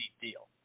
deal